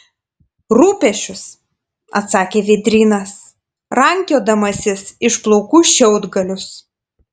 rūpesčius atsakė vėdrynas rankiodamasis iš plaukų šiaudgalius